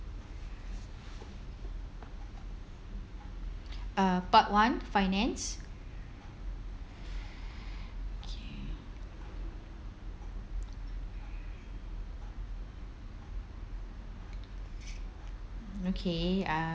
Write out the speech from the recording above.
uh part one finance okay okay uh